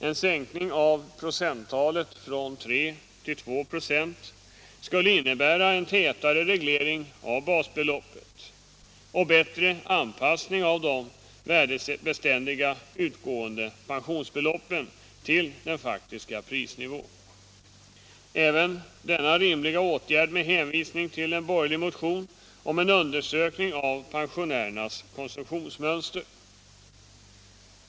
En sänkning av procenttalet från 3 926 till 2 26 skulle innebära en tätare reglering av basbeloppet och en bättre anpassning av de som värdebeständiga utgående pensionsbeloppen till den faktiska prisnivån. Även denna rimliga åtgärd avstyrker utskottet — med hänvisning till en borgerlig motion om en undersökning av pensionärernas konsumtionsmönster.